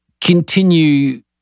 continue